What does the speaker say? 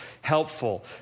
helpful